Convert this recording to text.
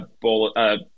ball